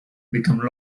become